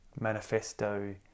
manifesto